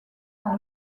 dans